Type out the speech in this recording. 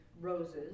roses